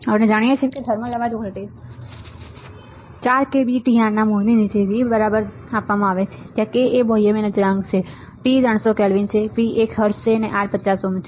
આપણે જાણીએ છીએ કે થર્મલ અવાજ voltage 4 k B T R ના મૂળની નીચે V બરાબર દ્વારા આપવામાં આવે છે જ્યાં k બોહેમિયન અચળાંક છે T 300 કેલ્વિન છે B 1 હર્ટ્ઝ છે R 50 ઓહ્મ છે